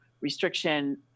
restriction